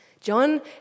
John